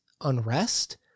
unrest